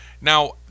now